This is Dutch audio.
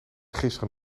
gisteren